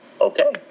okay